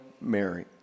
Mary